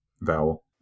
vowel